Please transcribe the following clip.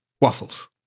waffles